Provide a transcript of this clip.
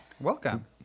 Welcome